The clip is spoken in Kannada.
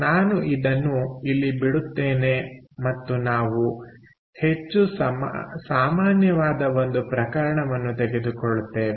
ನಾನು ಇದನ್ನು ಇಲ್ಲಿ ಬಿಡುತ್ತೇನೆ ಮತ್ತು ನಾವು ಹೆಚ್ಚು ಸಾಮಾನ್ಯವಾದ ಒಂದು ಪ್ರಕರಣವನ್ನು ತೆಗೆದುಕೊಳ್ಳುತ್ತೇವೆ